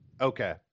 okay